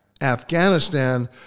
Afghanistan